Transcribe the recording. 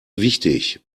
wichtig